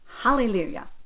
Hallelujah